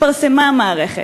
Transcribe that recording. התפרסמה המערכת.